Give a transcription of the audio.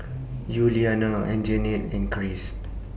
Yuliana Anjanette and Kris